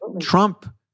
Trump